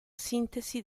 sintesi